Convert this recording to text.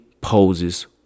poses